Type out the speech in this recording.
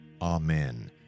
Amen